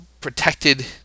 protected